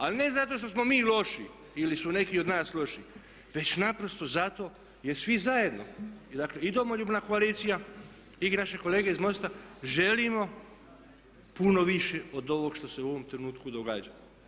Ali ne zato što smo mi loši ili su neki od nas loši već naprosto zato jer svi zajedno i dakle i Domoljubna koalicija i naši kolege iz MOST-a želimo puno više od ovoga što se u ovom trenutku događa.